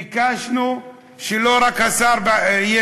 ביקשנו שלא רק השר יהיה,